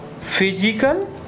Physical